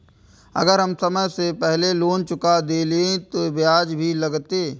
अगर हम समय से पहले लोन चुका देलीय ते ब्याज भी लगते?